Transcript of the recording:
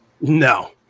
No